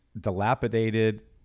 dilapidated